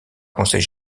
conseil